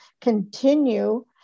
continue